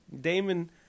Damon